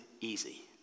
easy